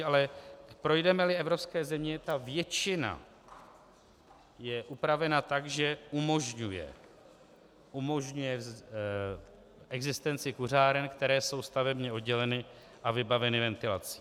Ale projdemeli evropské země, ta většina je upravena tak, že umožňuje existenci kuřáren, které jsou stavebně odděleny a vybaveny ventilací.